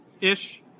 ish